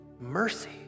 mercy